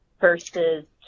versus